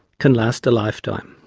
can last a lifetime.